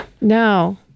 No